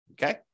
Okay